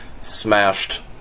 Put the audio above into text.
smashed